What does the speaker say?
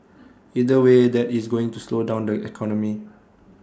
either way that is going to slow down the economy